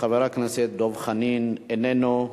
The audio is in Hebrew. חבר הכנסת דב חנין, איננו,